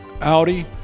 Audi